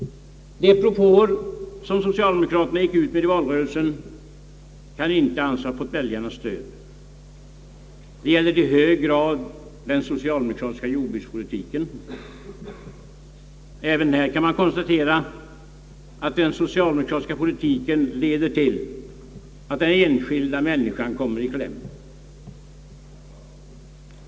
De propåer som socialdemokraterna gick ut med i valrörelsen kan inte anses ha fått väljarnas stöd. Det gäller i hög grad den socialdemokratiska jordbrukspolitiken. Även där kan man konstatera att den socialdemokratiska politiken leder till att den enskilda människan kommer i kläm.